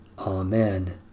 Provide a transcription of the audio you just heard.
Amen